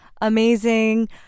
amazing